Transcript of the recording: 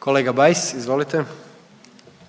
**Jandroković,